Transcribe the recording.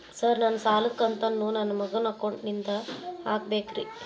Sir ನನ್ನ ಸಾಲದ ಕಂತನ್ನು ನನ್ನ ಮಗನ ಅಕೌಂಟ್ ನಿಂದ ಹಾಕಬೇಕ್ರಿ?